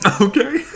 Okay